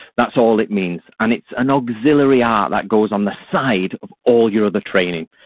that's all it means and it's an auxiliary art that goes on the side of all your other training.